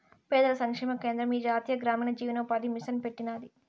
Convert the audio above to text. పేదల సంక్షేమ కేంద్రం ఈ జాతీయ గ్రామీణ జీవనోపాది మిసన్ పెట్టినాది